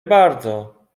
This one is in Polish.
bardzo